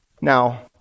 Now